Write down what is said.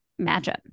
matchup